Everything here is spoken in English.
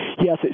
Yes